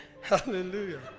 Hallelujah